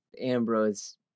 Ambrose